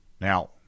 Now